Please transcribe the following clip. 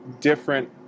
different